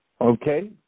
Okay